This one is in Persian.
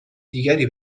دیگری